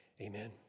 amen